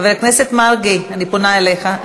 חבר הכנסת מרגי, אני פונה אליך.